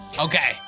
Okay